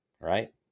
right